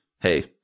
hey